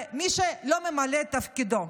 מי שלא ממלא את תפקידו,